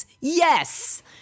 Yes